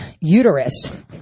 uterus